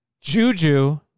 Juju